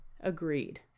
agreed